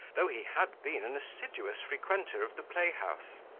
though he had been an assiduous frequenter of the playhouse.